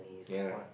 ya